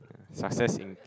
success in